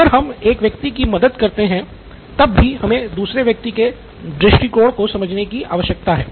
अगर हम एक व्यक्ति की मदद करते हैं तब भी हमें दूसरे व्यक्ति के दृष्टिकोण को भी समझने की आवश्यकता है